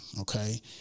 okay